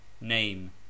name